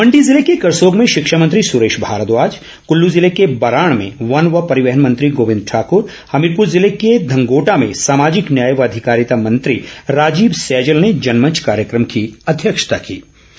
मंडी जिले के करसोग में शिक्षा मंत्री सुरेश भारद्वाज कल्लू जिले के बराण में वन व परिवहन मंत्री गोबिंद ठाकुर हमीरपुर जिले के धंगोटा में सामाजिक न्याय व अधिकारिता मंत्री राजीव सैजल ने जनमंच कार्यक्रम की अध्यक्षता कीं